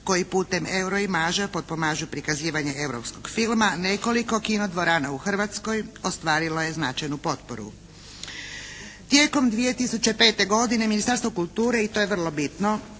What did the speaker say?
koji putem Euro Imagea potpomažu prikazivanje europskog filma nekoliko kino dvorana u Hrvatskoj ostvarilo je značajnu potporu. Tijekom 2005. godine Ministarstvo kulture i to je vrlo bitno